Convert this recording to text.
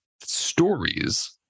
stories